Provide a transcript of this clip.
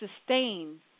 sustain